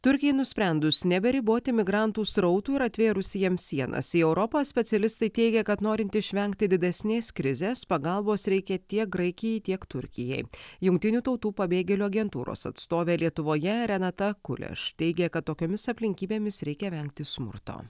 turkijai nusprendus neberiboti migrantų srautų ir atvėrus jiems sienas europos specialistai teigia kad norint išvengti didesnės krizės pagalbos reikia tiek graikijai tiek turkijai jungtinių tautų pabėgėlių agentūros atstovė lietuvoje renata kuleš teigia kad tokiomis aplinkybėmis reikia vengti smurto